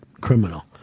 criminal